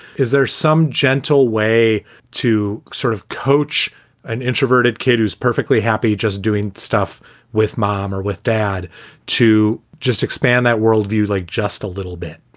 is there some gentle way to sort of coach an introverted kid who is perfectly happy, just doing stuff with mom or with dad to just expand that world view? like just a little bit?